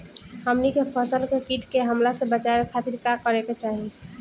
हमनी के फसल के कीट के हमला से बचावे खातिर का करे के चाहीं?